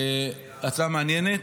הצעה מעניינת,